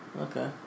Okay